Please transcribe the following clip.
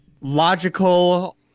logical